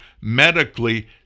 medically